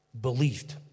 believed